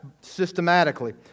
systematically